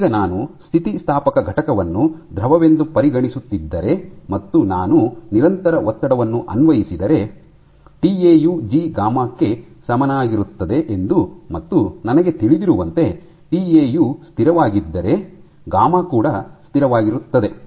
ಈಗ ನಾನು ಸ್ಥಿತಿಸ್ಥಾಪಕ ಘಟಕವನ್ನು ದ್ರವವೆಂದು ಪರಿಗಣಿಸುತ್ತಿದ್ದರೆ ಮತ್ತು ನಾನು ನಿರಂತರ ಒತ್ತಡವನ್ನು ಅನ್ವಯಿಸಿದರೆ ಟಿಎಯು ಜಿ ಗಾಮಾ ಕ್ಕೆ ಸಮನಾಗಿರುತ್ತದೆ ಎಂದು ಮತ್ತು ನನಗೆ ತಿಳಿದಿರುವಂತೆ ಟಿಎಯು ಸ್ಥಿರವಾಗಿದ್ದರೆ ಗಾಮಾ ಕೂಡ ಸ್ಥಿರವಾಗಿರುತ್ತದೆ